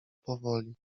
powoli